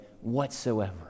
whatsoever